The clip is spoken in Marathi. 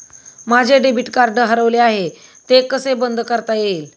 माझे डेबिट कार्ड हरवले आहे ते कसे बंद करता येईल?